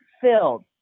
filled